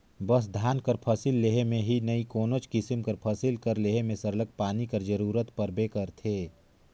बस धान कर फसिल लेहे में ही नई कोनोच किसिम कर फसिल कर लेहे में सरलग पानी कर जरूरत परबे करथे